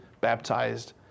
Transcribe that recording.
baptized